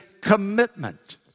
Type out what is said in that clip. commitment